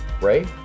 Ray